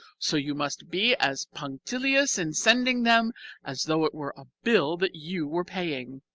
so you must be as punctilious in sending them as though it were a bill that you were paying.